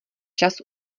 čas